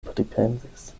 pripensis